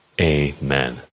Amen